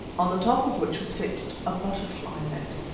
on the top of which was fixed a butterfly net.